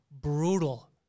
brutal